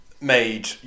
made